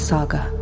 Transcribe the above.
Saga